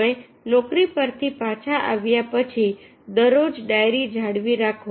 તમે નોકરી પરથી પાછા આવ્યા પછી દરરોજ ડાયરી જાળવી રાખો